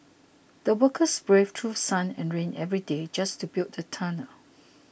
the workers braved through sun and rain every day just to build the tunnel